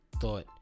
thought